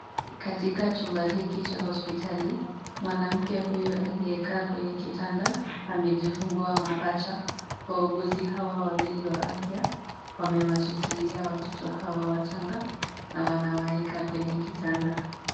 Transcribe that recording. Katika chumba hiki cha hospitali, mwanamke huyu aliyekaa kwenye kitanda amejifungua mapacha. Wauguzi hawa wawili wa afya wamewashikilia watoto hawa wachanga, na wanawaeka kwenye kitanda.